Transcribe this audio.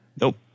Nope